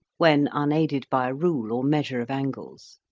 when unaided by a rule or measure of angles.